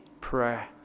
prayer